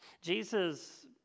Jesus